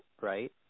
Right